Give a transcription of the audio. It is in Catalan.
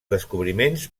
descobriments